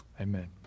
Amen